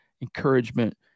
encouragement